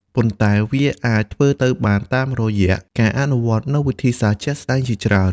ប៉ុន្តែវាអាចធ្វើទៅបានតាមរយៈការអនុវត្តនូវវិធីសាស្ត្រជាក់ស្តែងជាច្រើន។